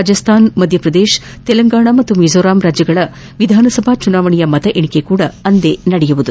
ರಾಜಸ್ತಾನ ಮಧ್ಯಪ್ರದೇಶ ತೆಲಂಗಾಣ ಮತ್ತು ಮಿಝೋರಾಮ್ ರಾಜ್ಲಗಳ ವಿಧಾನಸಭಾ ಚುನಾವಣೆಯ ಮತಎಣಿಕೆ ಸಹ ಅಂದೇ ನಡೆಯಲಿದೆ